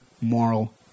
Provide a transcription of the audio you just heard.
moral